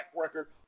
record